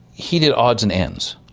he did odds and ends,